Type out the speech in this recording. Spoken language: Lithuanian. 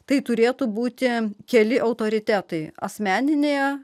tai turėtų būti keli autoritetai asmeninėje